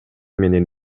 менен